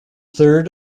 third